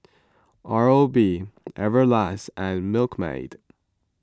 Oral B Everlast and Milkmaid